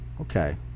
okay